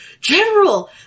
general